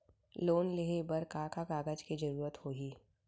Loan लेहे बर का का कागज के जरूरत होही?